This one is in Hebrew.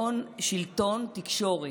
הון-שלטון-תקשורת.